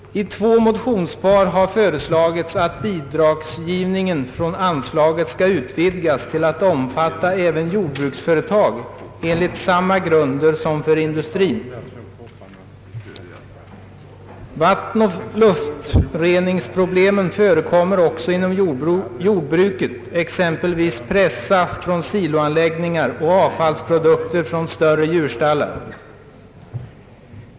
I två motionspar har föreslagits att bidragsgivningen från anslaget skall utvidgas till att omfatta även jordbruksföretag enligt samma grunder som för industrin. Vattenoch luftreningsproblem förekommer också inom jordbruket. Som exempel kan nämnas pressaft från siloanläggningar och avfallsprodukter från större djurstallar.